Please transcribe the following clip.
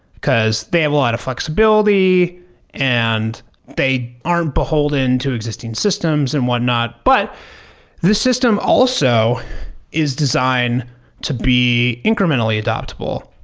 because they have a lot of flexibility and they aren't beholden to existing systems and whatnot. but this system also is designed to be incrementally adoptable.